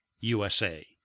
USA